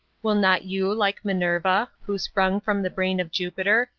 will not you, like minerva, who sprung from the brain of jupiter,